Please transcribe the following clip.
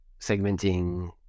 segmenting